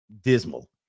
dismal